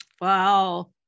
Wow